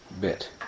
bit